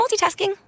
multitasking